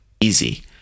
easy